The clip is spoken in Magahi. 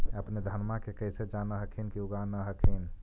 अपने धनमा के कैसे जान हखिन की उगा न हखिन?